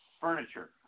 furniture